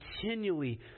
continually